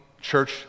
church